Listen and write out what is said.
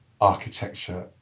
architecture